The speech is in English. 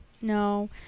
No